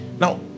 Now